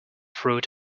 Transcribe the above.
fruit